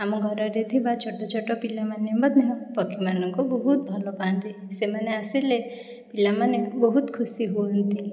ଆମ ଘରରେ ଥିବା ଛୋଟ ଛୋଟ ପିଲାମାନେ ମଧ୍ୟ ପକ୍ଷୀମାନଙ୍କୁ ବହୁତ ଭଲପାଆନ୍ତି ସେମାନେ ଆସିଲେ ପିଲାମାନେ ବହୁତ ଖୁସି ହୁଅନ୍ତି